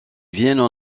viennent